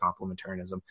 complementarianism